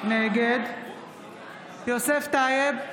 נגד יוסף טייב,